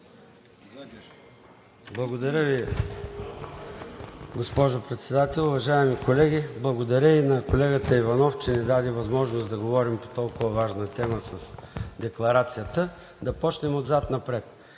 Благодаря Ви, госпожо Председател. Уважаеми колеги! Благодаря и на колегата Иванов, че ни даде възможност да говорим по толкова важна тема с декларацията. Да започнем отзад напред.